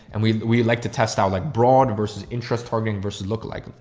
and we, we like to test out like broad versus interest targeting versus look like,